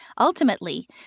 Ultimately